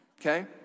Okay